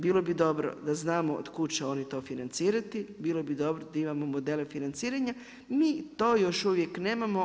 Bilo bi dobro da znamo od kud će oni to financirati, bilo bi dobro da imamo modele financiranja, mi to još uvijek nemamo.